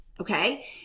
Okay